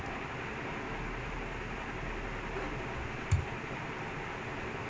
bernahofa is very good but ah he's like attitude sucks